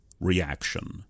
reaction